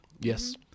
Yes